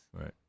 Right